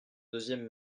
deuxième